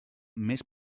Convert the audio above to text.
més